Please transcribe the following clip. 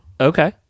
Okay